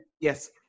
Yes